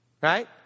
Right